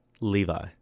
Levi